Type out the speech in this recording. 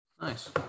nice